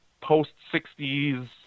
post-60s